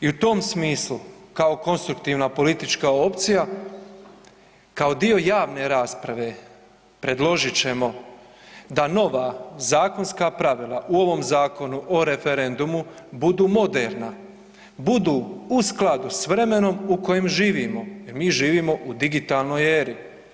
I u tom smislu kao konstruktivna politička opcija, kao dio javne rasprave predložit ćemo da nova zakonska pravila u ovom Zakonu o referendumu budu moderna, budu u skladu s vremenom u kojem živimo jer mi živimo u digitalnoj eri.